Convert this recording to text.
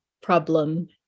problem